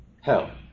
hell